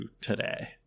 today